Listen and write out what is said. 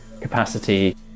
capacity